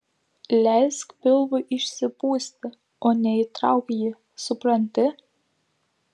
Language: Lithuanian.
leisk pilvui išsipūsti o ne įtrauk jį supranti